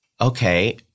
okay